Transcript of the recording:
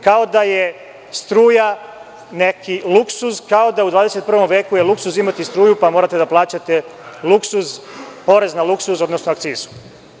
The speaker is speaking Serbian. Kao da je struja neki luksuz, kao da je u 21. veku luksuz imati struju, pa morate plaćati porez na luksuz, odnosno akcizu.